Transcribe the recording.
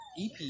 EP